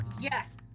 yes